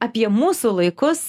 apie mūsų laikus